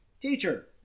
teacher